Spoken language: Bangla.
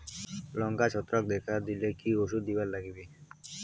লঙ্কায় ছত্রাক দেখা দিলে কি ওষুধ দিবার লাগবে?